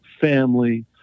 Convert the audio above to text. family